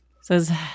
says